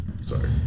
sorry